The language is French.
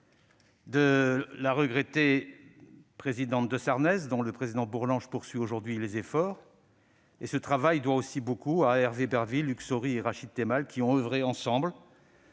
de la regrettée Marielle de Sarnez, dont le président Bourlanges poursuit aujourd'hui les efforts. Ce travail doit aussi beaucoup à Hervé Berville, à Hugues Saury et à Rachid Temal, qui ont oeuvré ensemble,